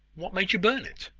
what made you burn it?